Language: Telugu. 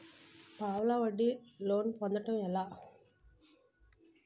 పావలా వడ్డీ కి లోన్ పొందటం ఎలా?